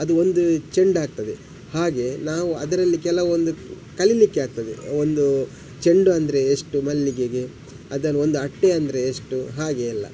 ಅದು ಒಂದು ಚೆಂಡಾಗ್ತದೆ ಹಾಗೆ ನಾವು ಅದರಲ್ಲಿ ಕೆಲವೊಂದು ಕಲಿಲಿಕ್ಕೆ ಆಗ್ತದೆ ಒಂದು ಚೆಂಡು ಅಂದರೆ ಎಷ್ಟು ಮಲ್ಲಿಗೆಗೆ ಅದನ್ನು ಒಂದು ಅಟ್ಟೆ ಅಂದರೆ ಎಷ್ಟು ಹಾಗೆ ಎಲ್ಲ